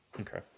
Okay